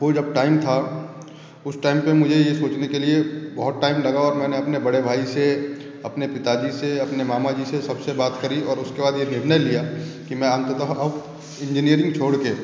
वो जब टाइम था उस टाइम पे मुझे ये सोचने के लिए बहुत टाइम लगा और मैंने अपने बड़े भाई से अपने पिता जी से अपने मामा जी से सबसे बात करी और उसके बाद ये निर्णय लिया कि मैं अंततः अब इंजीनियरिंग छोड़ के